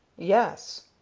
yes.